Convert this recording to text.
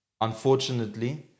Unfortunately